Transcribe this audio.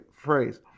phrase